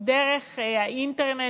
דרך האינטרנט.